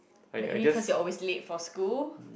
maybe cause you always late for school